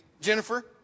Jennifer